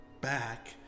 back